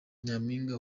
nyampinga